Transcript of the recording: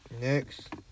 Next